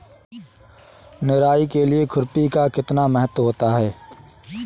निराई के लिए खुरपी का कितना महत्व होता है?